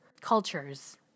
cultures